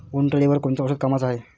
उंटअळीवर कोनचं औषध कामाचं हाये?